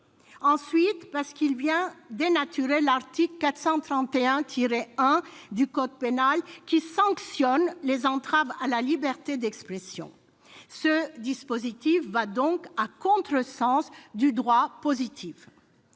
Ensuite, il vient dénaturer l'article 431-1 du code pénal, qui sanctionne les entraves à la liberté d'expression. Ce dispositif va donc à contresens du droit positif.